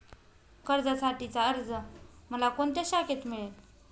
कर्जासाठीचा अर्ज मला कोणत्या शाखेत मिळेल?